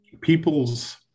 people's